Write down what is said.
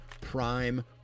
Prime